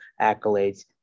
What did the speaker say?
accolades